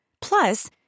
Plus